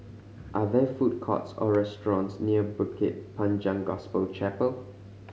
are there food courts or restaurants near Bukit Panjang Gospel Chapel